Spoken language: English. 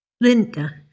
Linda